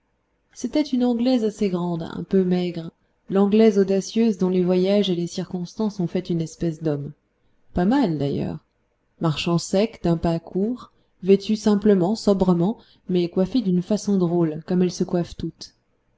c'était une anglaise assez grande un peu maigre l'anglaise audacieuse dont les voyages et les circonstances ont fait une espèce d'homme pas mal d'ailleurs marchant sec d'un pas court vêtue simplement sobrement mais coiffée d'une façon drôle comme elles se coiffent toutes